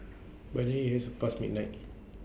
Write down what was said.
by then IT has past midnight